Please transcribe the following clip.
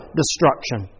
destruction